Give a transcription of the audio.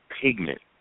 pigment